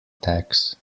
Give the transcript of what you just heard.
tax